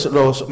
los